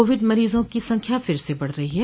Covid मरीजों की संख्या फिर से बढ़ रही है